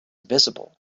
visible